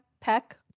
Peck